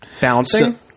Balancing